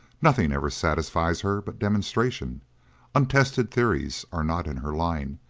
nothing ever satisfies her but demonstration untested theories are not in her line,